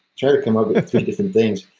try to come up with three different things.